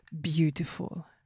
Beautiful